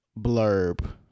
blurb